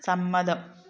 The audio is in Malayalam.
സമ്മതം